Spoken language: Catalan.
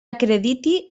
acrediti